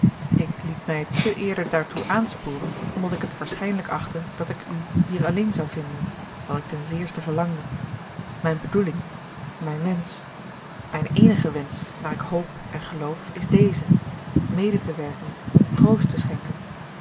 ik liet mij te eerder daartoe aansporen omdat ik het waarschijnlijk achtte dat ik u hier alleen zou vinden wat ik ten zeerste verlangde mijn bedoeling mijn wensch mijn eenige wensch naar ik hoop en geloof is deze mede te werken om troost te schenken